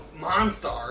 monster